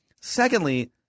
Secondly